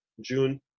June